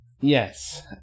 yes